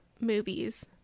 movies